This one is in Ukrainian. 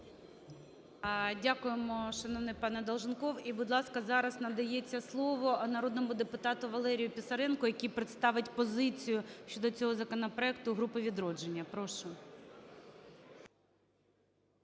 Дякуємо, шановний пане Долженков. І будь ласка, зараз надається слово народному депутату Валерію Писаренку, який представить позицію щодо цього законопроекту групи "Відродження". Прошу.